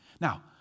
Now